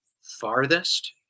farthest